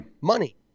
Money